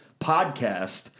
podcast